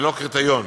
ללא קריטריון